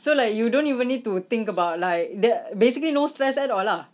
so like you don't even need to think about like the basically no stress at all lah